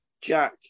Jack